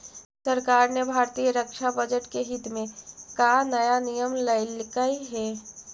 सरकार ने भारतीय रक्षा बजट के हित में का नया नियम लइलकइ हे